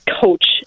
coach